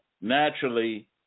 naturally